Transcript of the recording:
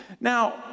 Now